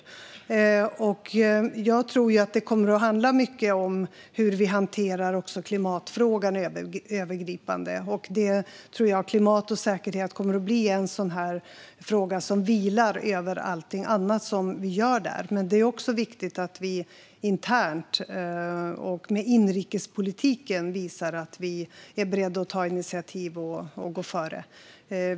Jag tror att det också kommer att handla mycket om hur vi hanterar klimatfrågan övergripande och att klimat och säkerhet kommer att bli frågor som vilar över allting annat som vi gör. Men det är också viktigt att vi med inrikespolitiken visar att vi är beredda att ta initiativ och gå före.